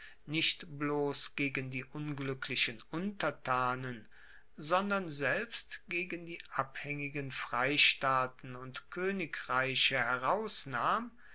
nicht bloss gegen die ungluecklichen untertanen sondern selbst gegen die abhaengigen freistaaten und koenigreiche herausnahm